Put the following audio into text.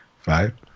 Five